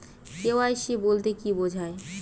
KYC বলতে কি বোঝায়?